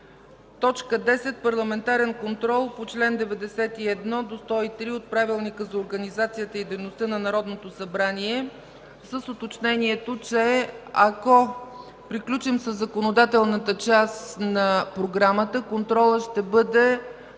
10. Парламентарен контрол по чл. 91-103 от Правилника за организацията и дейността на Народното събрание. С уточнението, че ако приключим със законодателната част на програмата, контролът ще бъде